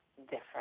different